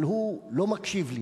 אבל הוא לא מקשיב לי.